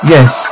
Yes